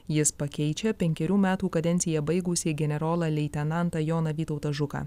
jis pakeičia penkerių metų kadenciją baigusį generolą leitenantą joną vytautą žuką